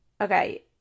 Okay